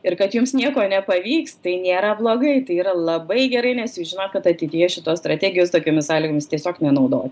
ir kad jums nieko nepavyks tai nėra blogai tai yra labai gerai nes jūs žinot kad ateityje šitos strategijos tokiomis sąlygomis tiesiog nenaudoji